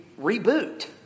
reboot